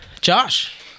Josh